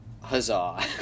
huzzah